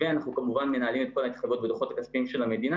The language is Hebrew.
ואנחנו כמובן מנהלים את כל ההתחייבויות והדוחות הכספיים של המדינה.